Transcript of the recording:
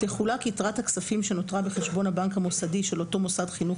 תחולק יתרת הכספים שנותרה בחשבון הבנק המוסדי של אותו מוסד חינוך